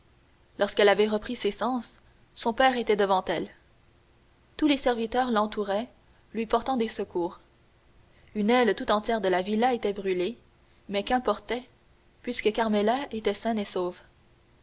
lorsqu'elle avait repris ses sens son père était devant elle tous les serviteurs l'entouraient lui portant des secours une aile tout entière de la villa était brûlée mais qu'importait puisque carmela était saine et sauve